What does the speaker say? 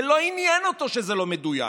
זה לא עניין אותו שזה לא מדויק.